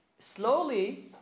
Slowly